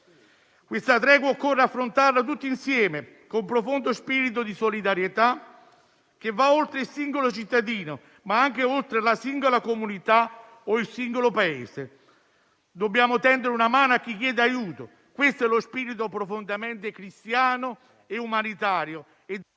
Questa tregua occorre affrontarla tutti insieme, con profondo spirito di solidarietà, che va oltre il singolo cittadino, ma anche oltre la singola comunità o il singolo Paese. Dobbiamo tendere una mano a chi chiede aiuto. Questo è lo spirito, profondamente cristiano, umanitario